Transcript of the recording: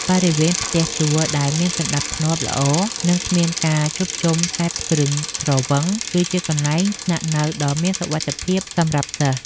បរិវេណផ្ទះជួលដែលមានសណ្តាប់ធ្នាប់ល្អនិងគ្មានការជួបជុំសេពគ្រឿងស្រវឹង គឺជាកន្លែងស្នាក់នៅដ៏មានសុវត្ថិភាពសម្រាប់សិស្ស។